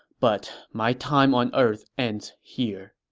but my time on earth ends here.